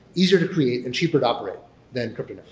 easier to create and cheaper to operate than crypto knows.